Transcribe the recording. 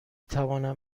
توانم